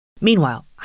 Meanwhile